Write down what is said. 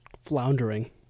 floundering